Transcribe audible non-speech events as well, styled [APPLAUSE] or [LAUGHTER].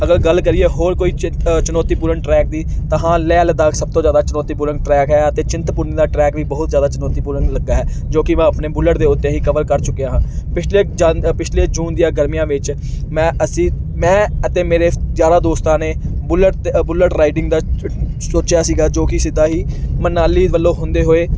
ਅਗਰ ਗੱਲ ਕਰੀਏ ਹੋਰ ਕੋਈ ਚ ਚੁਣੌਤੀਪੂਰਨ ਟਰੈਕ ਦੀ ਤਾਂ ਹਾਂ ਲੇਹ ਲੱਦਾਖ ਸਭ ਤੋਂ ਜ਼ਿਆਦਾ ਚੁਣੌਤੀਪੂਰਨ ਟਰੈਕ ਹੈਗਾ ਅਤੇ ਚਿੰਤਪੁਰਨੀ ਦਾ ਟਰੈਕ ਵੀ ਬਹੁਤ ਜ਼ਿਆਦਾ ਚੁਣੌਤੀਪੂਰਨ ਲੱਗਾ ਹੈ ਜੋ ਕਿ ਮੈਂ ਆਪਣੇ ਬੁਲਟ ਦੇ ਉੱਤੇ ਹੀ ਕਵਰ ਕਰ ਚੁੱਕਿਆ ਹਾਂ ਪਿਛਲੇ ਜਨ ਪਿਛਲੇ ਜੂਨ ਦੀਆਂ ਗਰਮੀਆਂ ਵਿੱਚ ਮੈਂ ਅਸੀਂ ਮੈਂ ਅਤੇ ਮੇਰੇ ਯਾਰਾਂ ਦੋਸਤਾਂ ਨੇ ਬੁਲਟ ਬੁਲਟ ਰਾਈਡਿੰਗ ਦਾ [UNINTELLIGIBLE] ਸੋਚਿਆ ਸੀਗਾ ਜੋ ਕਿ ਸਿੱਧਾ ਹੀ ਮਨਾਲੀ ਵੱਲੋਂ ਹੁੰਦੇ ਹੋਏ